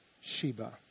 Sheba